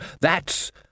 That's